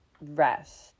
rest